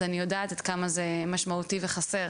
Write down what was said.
אז אני יודעת עד כמה זה משמעותי וחסר.